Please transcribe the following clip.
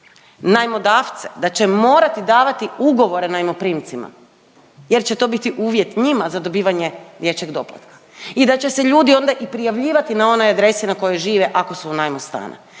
najmodavce da će morati davati ugovore najmoprimcima jer će to biti uvjet njima za dobivanje dječjeg doplatka i da će se ljudi onda i prijavljivati na one adrese na kojoj žive ako su u najmu stana.